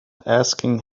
asking